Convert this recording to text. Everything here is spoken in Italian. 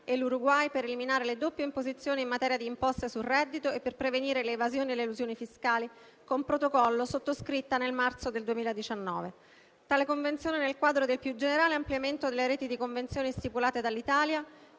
e l'Uruguay per eliminare le doppie imposizioni in materia di imposte sul reddito e per prevenire le evasioni e le elusioni fiscali, con Protocollo, sottoscritta nel marzo del 2019. Tale Convenzione, nel quadro del più generale ampliamento delle reti di Convenzioni stipulate dall'Italia,